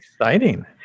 exciting